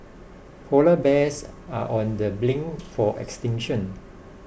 Polar Bears are on the brink for extinction